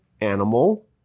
animal